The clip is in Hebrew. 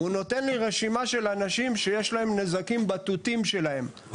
הוא נתן לי רשימה של אנשים שיש להם נזקים בתותים שלהם,